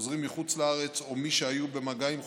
חוזרים מחוץ-לארץ או מי שהיו במגע עם חולים,